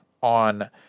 on